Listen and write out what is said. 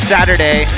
Saturday